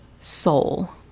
Soul